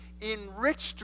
enriched